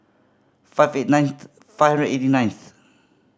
five eight nine five hundred eighty ninth